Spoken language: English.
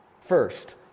first